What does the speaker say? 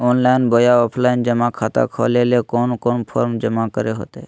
Online बोया offline जमा खाता खोले ले कोन कोन फॉर्म जमा करे होते?